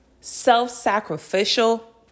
self-sacrificial